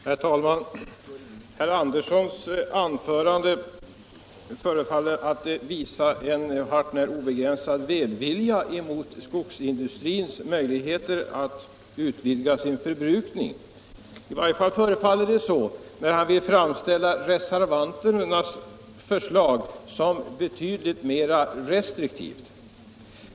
Herr talman! Herr Andersson i Gamleby visade i sitt anförande en nära nog obegränsad välvilja när det gäller skogsindustrins möjligheter att öka sin virkesförbrukning. I varje fall föreföll det så, när han framställde reservanternas förslag som betydligt mera restriktiva.